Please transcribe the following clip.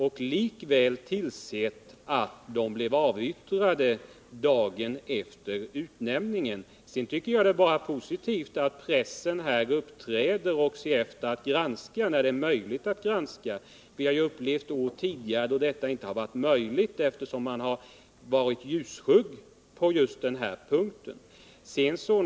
I detta fall har aktierna blivit avyttrade dagen efter utnämningen. Sedan tycker jag det bara är positivt att pressen granskar när det är möjligt att granska. Vi har ju upplevt tidigare år då detta inte har varit möjligt eftersom man har varit ljusskygg när det gällt just den här punkten om öppen redovisning.